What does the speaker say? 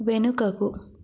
వెనుకకు